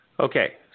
Okay